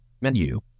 Menu